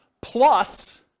Plus